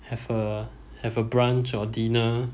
have a have a brunch or dinner